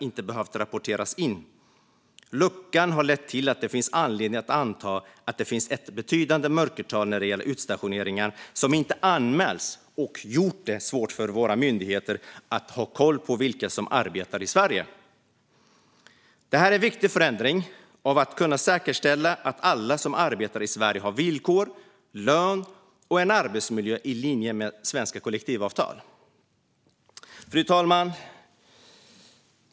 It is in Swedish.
Det finns anledning att anta att denna lucka gett upphov till ett betydande mörkertal när det gäller utstationeringar som inte anmäls och har gjort det svårt för våra myndigheter att ha koll på vilka som arbetar i Sverige. Det här är en viktig förändring när det gäller att säkerställa att alla som arbetar i Sverige har villkor, lön och en arbetsmiljö i linje med svenska kollektivavtal. Fru talman!